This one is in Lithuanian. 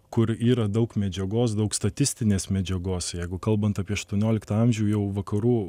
kur yra daug medžiagos daug statistinės medžiagos jeigu kalbant apie aštuonioliktą amžių jau vakarų